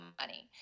money